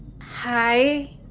Hi